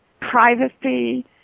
privacy